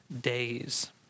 days